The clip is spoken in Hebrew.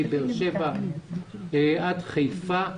מבאר שבע עד חיפה.